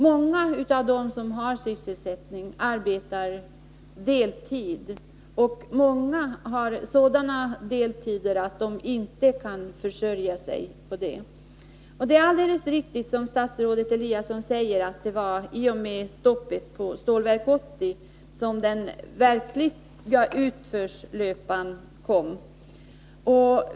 Många av dem som har sysselsättning arbetar deltid, och många har sådana deltider att de inte kan försörja sig på det arbetet. Det är alldeles riktigt, som statsrådet Eliasson säger, att den verkliga utförslöpan kom i och med stoppet för Stålverk 80.